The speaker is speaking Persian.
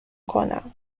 کنم